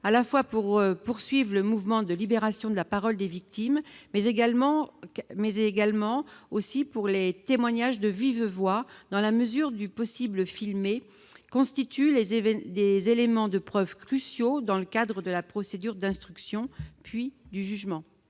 pour poursuivre le mouvement de libération de la parole des victimes, mais également parce que les témoignages de vive voix, dans la mesure du possible filmés, constituent des éléments de preuve cruciaux dans le cadre de la procédure d'instruction, puis du jugement.